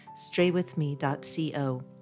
straywithme.co